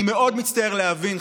אני מאוד מצטער להבין,